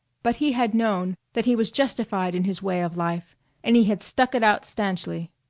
but he had known that he was justified in his way of life and he had stuck it out stanchly.